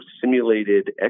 simulated